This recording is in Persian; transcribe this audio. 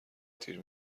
تیر